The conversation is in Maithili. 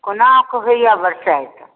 कोना कऽ होइए बरसाति